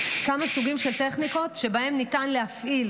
כמה סוגים של טכניקות שבהן ניתן להפעיל.